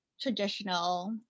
traditional